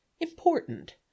important